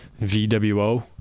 VWO